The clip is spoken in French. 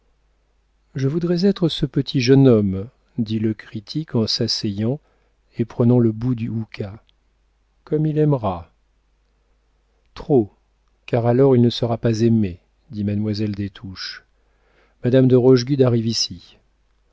je voudrais être ce petit jeune homme dit le critique en s'asseyant et prenant le bout du houka comme il aimera trop car alors il ne sera pas aimé dit mademoiselle des touches madame de rochegude arrive ici